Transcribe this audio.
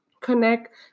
connect